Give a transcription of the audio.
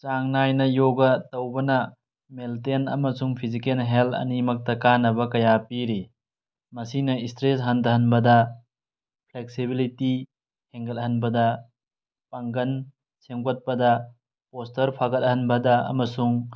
ꯆꯥꯡ ꯅꯥꯏꯅ ꯌꯣꯒ ꯇꯧꯕꯅ ꯃꯦꯜꯇꯦꯟ ꯑꯃꯁꯨꯡ ꯐꯤꯁꯤꯀꯦꯟ ꯍꯦꯜꯊ ꯑꯅꯤꯃꯛꯇ ꯀꯥꯟꯅꯕ ꯀꯌꯥ ꯄꯤꯔꯤ ꯃꯁꯤꯅ ꯏꯁꯇ꯭ꯔꯦꯁ ꯍꯟꯊꯍꯟꯕꯗ ꯐ꯭ꯂꯦꯛꯁꯁꯤꯕꯤꯂꯤꯇꯤ ꯍꯦꯟꯒꯠꯍꯟꯕꯗ ꯄꯥꯡꯒꯟ ꯁꯦꯝꯒꯠꯄꯗ ꯄꯣꯁꯇꯔ ꯐꯒꯠꯍꯟꯕꯗ ꯑꯃꯁꯨꯡ